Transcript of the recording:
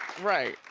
right.